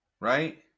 Right